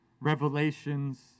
revelations